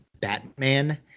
Batman